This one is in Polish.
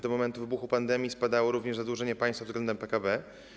Do momentu wybuchu pandemii spadało również zadłużenie państwa względem PKB.